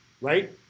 right